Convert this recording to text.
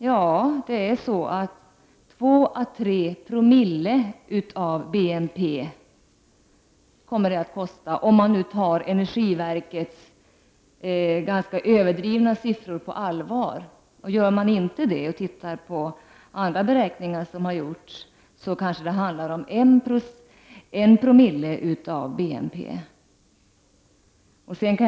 Ja, 2 å 3 Zoo av BNP är vad det kommer att kosta per år, om man tar energiverkets ganska överdrivna siffror på allvar. Gör man inte det utan i stället studerar andra beräkningar, skall man finna att det kanske handlar om 1900 av BNP.